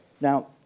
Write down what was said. now